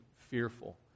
fearful